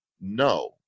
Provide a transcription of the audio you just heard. no